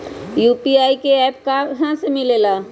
UPI का app कहा से मिलेला?